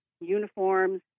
uniforms